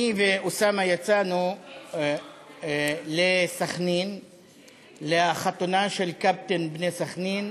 אני ואוסאמה יצאנו לסח'נין לחתונה של קפטן "בני סח'נין"